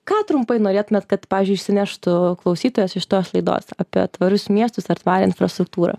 ką trumpai norėtumėt kad pavyzdžiui išsineštų klausytojas iš tos laidos apie tvarius miestus ar tvarią infrastruktūrą